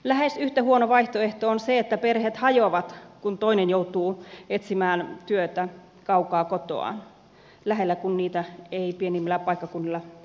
lähes yhtä huono vaihtoehto on se että perheet hajoavat kun toinen joutuu etsimään työtä kaukaa kotoaan lähellä kun sitä ei pienimmillä paikkakunnilla ole